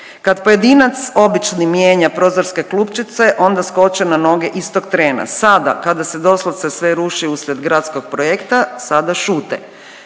Kad pojedinac obični mijenja prozorske klupčice onda skoče na noge istog trena. Sada kada se doslovce sve ruši uslijed gradskog projekta, sada šute.